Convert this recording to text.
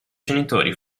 genitori